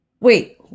Wait